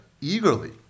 eagerly